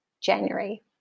January